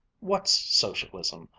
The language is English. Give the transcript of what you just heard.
what's socialism?